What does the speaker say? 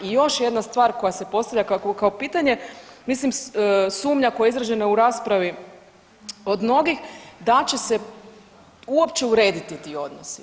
I još jedna stvar koja se postavlja kao pitanje, mislim sumnja koja ja izražena u raspravi od mnogih da će se uopće urediti ti odnosi.